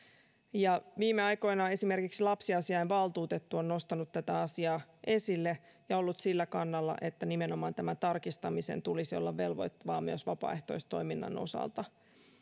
viime aikoina esimerkiksi lapsiasiainvaltuutettu on nostanut tätä asiaa esille ja ollut sillä kannalla että tämän tarkistamisen tulisi olla velvoittavaa nimenomaan myös vapaaehtoistoiminnan osalta